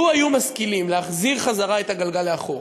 לו היו משכילים להחזיר את הגלגל לאחור